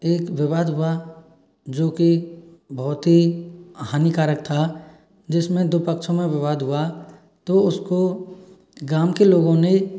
एक विवाद हुआ जोकि बहुत ही हानिकारक था जिसमें दो पक्षों में विवाद हुआ तो उसको गाँव के लोगों ने